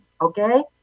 okay